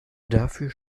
dafür